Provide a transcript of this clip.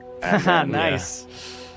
Nice